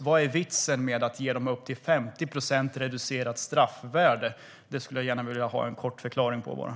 Vad är vitsen med att ge dem reducerat straff på upp till 50 procent? Det skulle jag vilja ha en förklaring till.